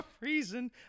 reason